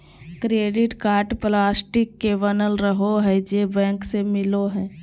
credit card plastic के बनल रहो हइ जे बैंक से मिलो हइ